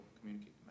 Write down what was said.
communicate